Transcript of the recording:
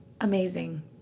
amazing